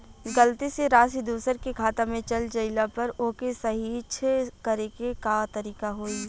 गलती से राशि दूसर के खाता में चल जइला पर ओके सहीक्ष करे के का तरीका होई?